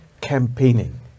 campaigning